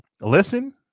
listen